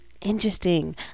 interesting